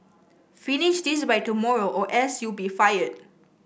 finish this by tomorrow or else you'll be fired